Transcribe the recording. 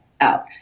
out